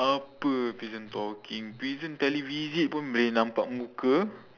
apa prison talking prison televisit pun boleh nampak muka